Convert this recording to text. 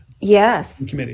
Yes